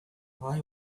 why